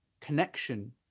connection